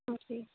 جی